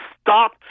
stop